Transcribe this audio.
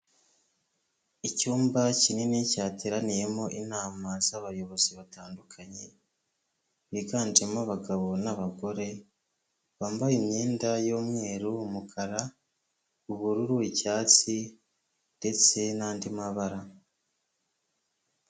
Icyumba kinini cyateraniyemo inama z'abayobozi batandukanye biganjemo abagabo n'abagore bambaye imyenda y'umweru, umukara, ubururu, icyatsi ndetse n'andi mabara.